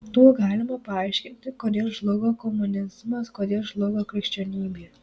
tuo galima paaiškinti kodėl žlugo komunizmas kodėl žlugo krikščionybė